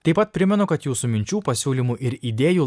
taip pat primenu kad jūsų minčių pasiūlymų ir idėjų